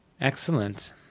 Excellent